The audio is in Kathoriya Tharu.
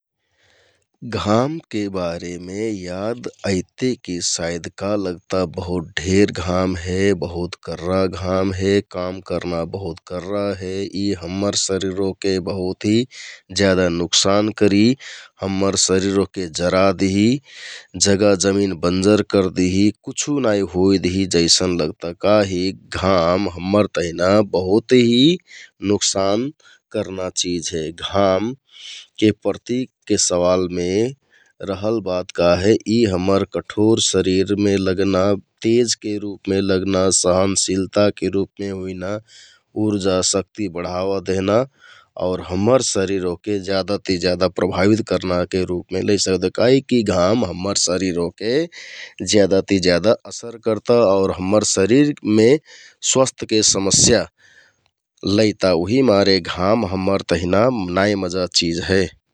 घामके बारेमे याद ऐति की साइद का लगता बहुत ढेर घाम हे, बहुत कर्रा घाम हे, काम करना बहुत कर्रा हे । ई हम्मर शरिर वहके बहुत हि ज्यादा नुकसान करि हम्मर शरिर वहके जरा दिहि, जगा जमिन बंजर करदिहि, कुछु नाइ होइ दिहि जैसन लगता। काहिक घाम हम्मर तहनि बहुत ही नुकसान करना चिझ हे, घामके प्रतिकके सवालमे रहल बात का हे यि हम्मर कठोर शरिरमे लगना, तेज के रुपमे लगना, सहनशीलताके रुपमे हुइना, उर्जा शक्ति बढावा देहना और हम्मर शरिर वहके ज्यादा ति ज्यादा प्रभावित करनाके रुपमे लैसिकत होइ । काहिककि घाम शरिर ओहके ज्यादा ति ज्यादा असर करता और हम्मर शरिरमे स्वास्थ्यके समस्या लैता उहिमारे घाम हम्मर तहिना नाइ मजा चिझ हे ।